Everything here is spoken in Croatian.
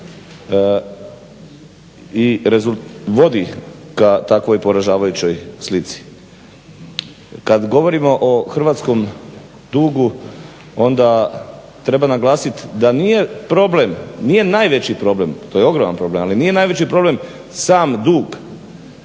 i vodi ka takvoj poražavajućoj slici. Kad govorimo o hrvatskom dugu onda treba naglasiti da nije problem, nije najveći problem to je ogroman problem ali nije najveći problem sam dug.